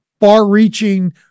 far-reaching